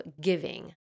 giving